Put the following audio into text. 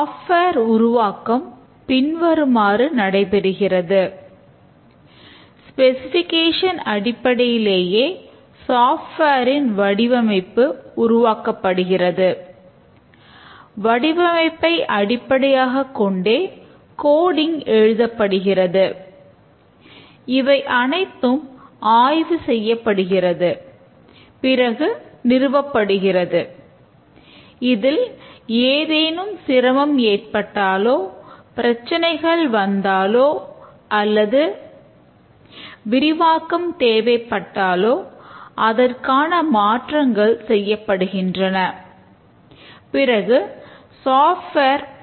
software